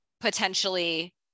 potentially